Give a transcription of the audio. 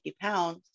pounds